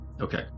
Okay